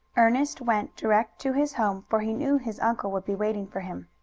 ernest went direct to his home, for he knew his uncle would be waiting for him.